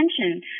attention